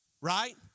right